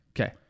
okay